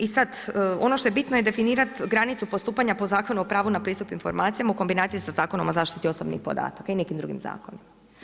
I sad ono što je bitno definirati granicu postupanja po Zakonu o pravu na pristup informacijama u kombinaciji sa Zakonom o zaštiti osobnih podataka i nekim drugim zakonom.